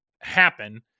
happen